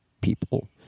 people